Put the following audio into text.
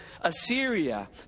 Assyria